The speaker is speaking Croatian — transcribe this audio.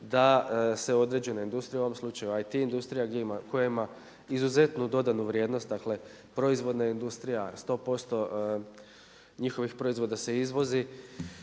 da se određene industrije u ovom slučaju IT industrija koja ima izuzetnu dodanu vrijednost, dakle proizvodna industrija 100% njihovih proizvoda se izvozi